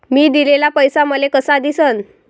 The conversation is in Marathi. मी दिलेला पैसा मले कसा दिसन?